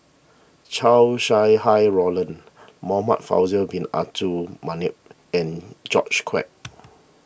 Chow Sau Hai Roland Muhamad Faisal Bin Abdul Manap and George Quek